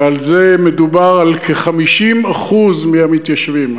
ובזה מדובר על כ-50% מהמתיישבים.